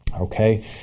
Okay